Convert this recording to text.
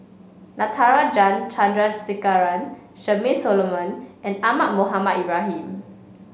Natarajan Chandrasekaran Charmaine Solomon and Ahmad Mohamed Ibrahim